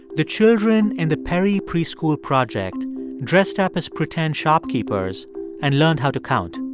the children in the perry preschool project dressed up as pretend shopkeepers and learned how to count.